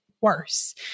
worse